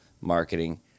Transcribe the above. marketing